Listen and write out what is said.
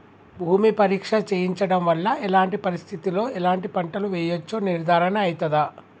భూమి పరీక్ష చేయించడం వల్ల ఎలాంటి పరిస్థితిలో ఎలాంటి పంటలు వేయచ్చో నిర్ధారణ అయితదా?